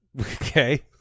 Okay